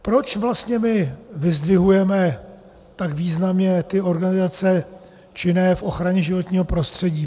Proč vlastně my vyzdvihujeme tak významně ty organizace činné v ochraně životního prostředí?